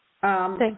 Thank